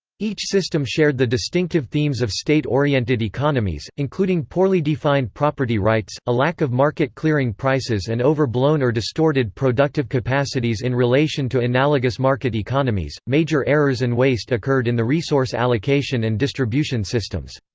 each system shared the distinctive themes of state-oriented economies, including poorly defined property rights, a lack of market clearing prices and overblown or distorted productive capacities in relation to analogous market economies major errors and waste occurred in the resource allocation and distribution systems.